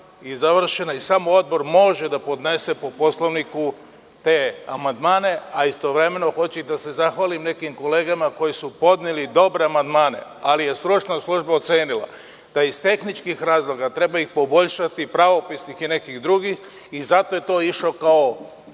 i završena i samo je Odbor mogao po Poslovniku da podnese te amandmane. Istovremeno hoću da se zahvalim nekim kolegama koji su podneli dobre amandmane, ali je stručna služba ocenila da iz tehničkih razloga treba ih poboljšati, pravopisnih i nekih drugih, i zato je to išlo kao